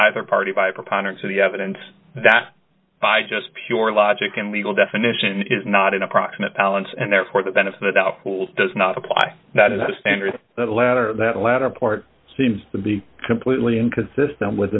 either party by a preponderance of the evidence that by just pure logic and legal definition is not in approximate balance and therefore the benefit that upholds does not apply that is the standard the latter that latter part seems to be completely inconsistent with